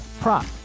prop